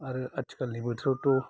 आरो आथिखालनि बोथोरावथ'